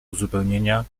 uzupełnienia